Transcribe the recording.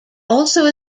also